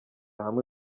hamwe